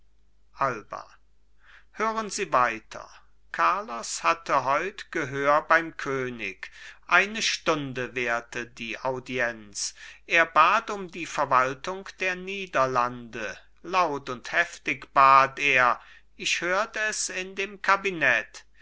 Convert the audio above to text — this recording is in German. alba hören sie weiter carlos hatte heut gehör beim könig eine stunde währte die audienz er bat um die verwaltung der niederlande laut und heftig bat er ich hört es in dem kabinett